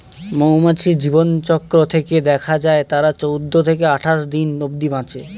মৌমাছির জীবনচক্র থেকে দেখা যায় তারা চৌদ্দ থেকে আটাশ দিন অব্ধি বাঁচে